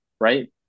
right